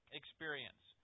experience